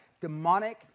demonic